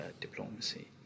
diplomacy